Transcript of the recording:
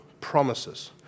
promises